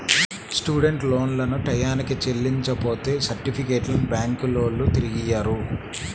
student లోన్లను టైయ్యానికి చెల్లించపోతే సర్టిఫికెట్లను బ్యాంకులోల్లు తిరిగియ్యరు